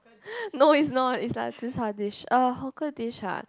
no it's not it's like a tze-char dish uh hawker dish ah